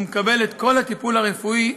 ומקבל את כל הטיפול הרפואי,